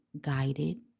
guided